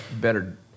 better